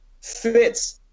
fits